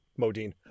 Modine